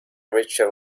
richer